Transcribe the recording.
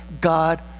God